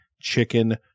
chicken